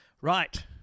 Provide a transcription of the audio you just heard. Right